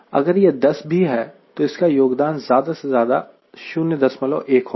अगर यह 10 भी है तो इसका योगदान ज्यादा से ज्यादा 01 होगा